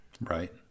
Right